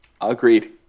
Agreed